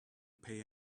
pay